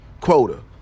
quota